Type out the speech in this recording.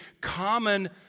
common